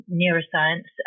neuroscience